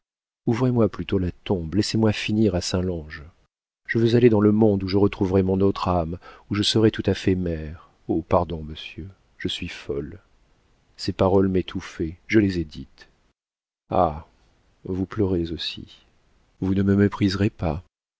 ouvrez-moi plutôt la tombe laissez-moi finir à saint lange je veux aller dans le monde où je retrouverai mon autre âme où je serai tout à fait mère oh pardon monsieur je suis folle ces paroles m'étouffaient je les ai dites ah vous pleurez aussi vous ne me mépriserez pas